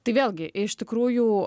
tai vėlgi iš tikrųjų